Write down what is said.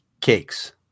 cakes